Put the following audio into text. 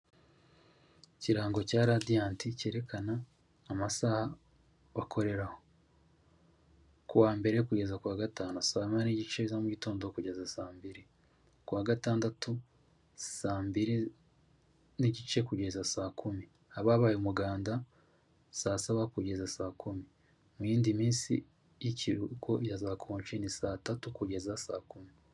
Ikirango cya Radiant cyerekana amasaha bakoreraho, kuwa Mbere kugeza ku wa Gatanu saa moya n'igice za mugitondo kugeza saa mbiri, kuwa Gatandatu saa mbiri n'igice kugeza saa kumi, haba habaye umuganda saa saba kugeza saa kumi, mu yindi minsi y'ikiruhuko ya zakonji ni saa tatu kugeza saa kumi.